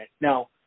Now